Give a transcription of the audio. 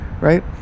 right